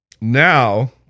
Now